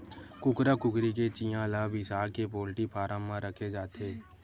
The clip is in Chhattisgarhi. कुकरा कुकरी के चिंया ल बिसाके पोल्टी फारम म राखे जाथे